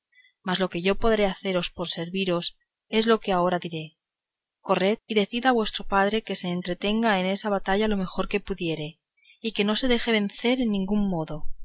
mas lo que yo podré hacer por serviros es lo que ahora diré corred y decid a vuestro padre que se entretenga en esa batalla lo mejor que pudiere y que no se deje vencer en ningún modo